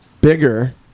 Bigger